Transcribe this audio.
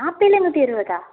ஆப்பிளே நூற்றி இருபதா